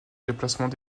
déplacements